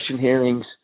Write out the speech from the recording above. hearings